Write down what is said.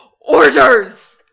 orders